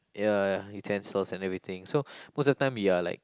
ya utensils and everything so most of the time you are like